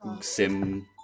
sim